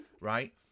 right